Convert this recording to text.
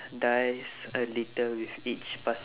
dies a little with each pass~